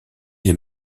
les